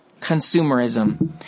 Consumerism